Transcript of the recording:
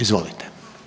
Izvolite.